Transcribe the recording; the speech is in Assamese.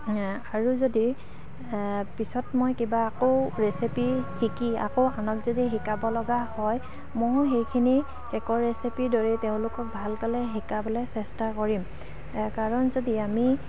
আৰু যদি পিছত মই কিবা আকৌ ৰেচিপি শিকি আকৌ আনক যদি শিকাব লগা হয় ময়ো সেইখিনি কেকৰ ৰেচিপিৰ দৰেই তেওঁলোকক ভাল পালে শিকাবলৈ চেষ্টা কৰিম কাৰণ যদি আমি